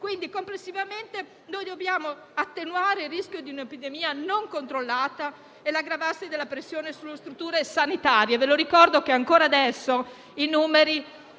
facendo. Complessivamente dobbiamo attenuare il rischio di un'epidemia non controllata e l'aggravarsi della pressione sulle strutture sanitarie. Vi ricordo che ancora adesso, purtroppo,